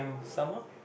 some more